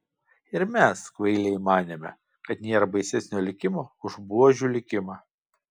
ir mes kvailiai manėme kad nėra baisesnio likimo už buožių likimą